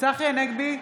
צחי הנגבי,